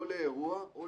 או לאירוע,